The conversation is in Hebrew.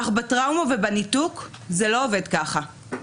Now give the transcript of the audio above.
אך בטראומה ובניתוק זה לא עובד ככה.